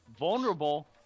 Vulnerable